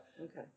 Okay